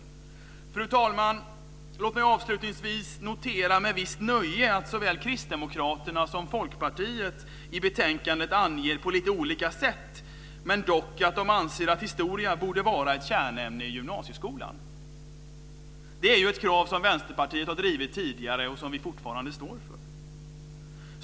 Fru talman! Låt mig avslutningsvis med visst nöje notera att såväl Kristdemokraterna som Folkpartiet på lite olika sätt i betänkandet anger att de anser att historia borde vara ett kärnämne i gymnasieskolan. Det är ett krav som Vänsterpartiet drivit tidigare och som vi fortfarande står för.